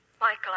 Michael